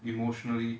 emotionally